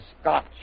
scotch